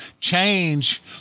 change